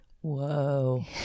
whoa